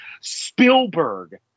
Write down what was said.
Spielberg